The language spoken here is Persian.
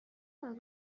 باید